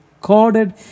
recorded